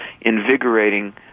invigorating